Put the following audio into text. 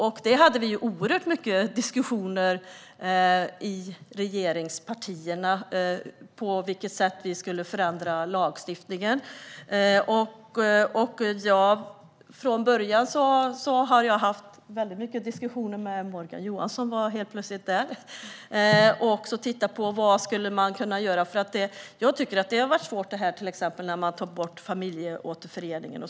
På vilket sätt lagstiftningen skulle förändras hade vi oerhört mycket diskussioner om i regeringspartierna. Från början hade jag också många diskussioner med Morgan Johansson för att se vad man skulle kunna göra. Jag tycker att det var svårt när man tog bort till exempel familjeåterföreningen.